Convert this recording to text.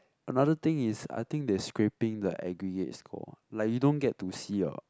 another thing is I think they scrapping the aggregate score like you don't get to see your